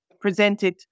presented